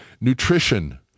nutrition